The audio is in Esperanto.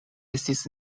estis